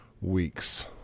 weeks